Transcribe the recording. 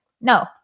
No